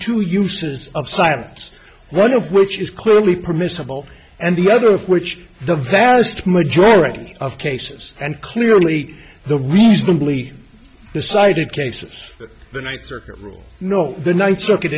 two uses of science one of which is clearly permissible and the other of which the vast majority of cases and clearly the reasonably decided cases the night circuit rule you know the ninth circuit